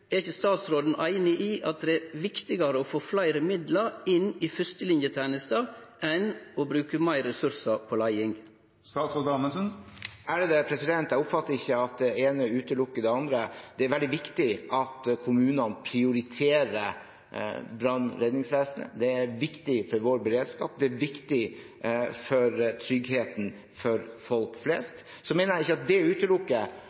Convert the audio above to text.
Er ikkje statsråden einig i at det er viktigare å få meir midlar inn i førstelinjetenesta enn å bruke meir ressursar på leiing? Jeg oppfatter ikke at det ene utelukker det andre. Det er veldig viktig at kommunene prioriterer brann- og redningsvesenet – det er viktig for vår beredskap, det er viktig for tryggheten til folk